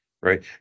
Right